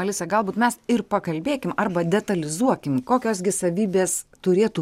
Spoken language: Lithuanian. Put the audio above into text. alisa galbūt mes ir pakalbėkim arba detalizuokim kokios gi savybės turėtų